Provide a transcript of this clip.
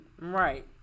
right